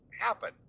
happen